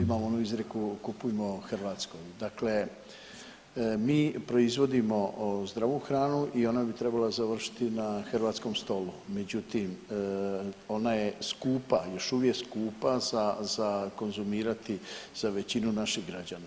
Imamo onu izrijeku kupujmo hrvatsko, dakle mi proizvodimo zdravu hranu i ona bi trebala završiti na hrvatskom stolu, međutim ona je skupa, još uvijek skupa za konzumirati za većinu naših građana.